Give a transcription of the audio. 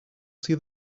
see